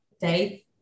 Dave